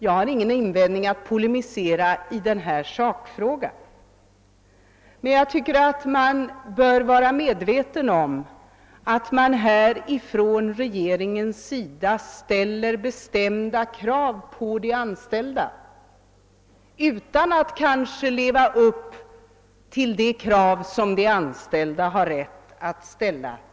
Jag har ingen anledning att polemisera i sakfrågan, men jag tycker att alla bör vara medvetna om att regeringen här ställer bestämda krav på de anställda utan att kanske uppfylla de krav som de anställda i sin tur har rätt att ställa.